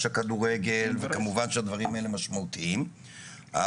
הכדורגל וכמובן שהדברים האלה משמעותיים,